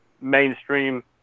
mainstream